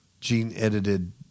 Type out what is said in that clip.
Gene-edited